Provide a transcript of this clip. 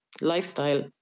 lifestyle